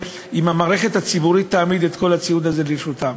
אם המערכת הציבורית תעמיד את כל הציוד הזה לרשותם.